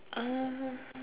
uh